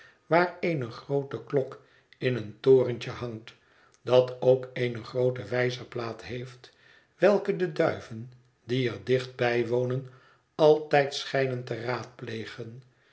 waar eene groote klok in een torentje hangt dat ook eene groote wijzerplaat heeft welke de duiven die er dicht bij wonen altijd schijnen te raadplegen